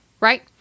Right